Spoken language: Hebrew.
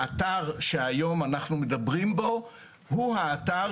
האתר שהיום אנחנו מדברים בו הוא האתר